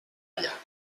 allà